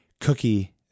cookie